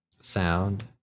sound